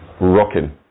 Rocking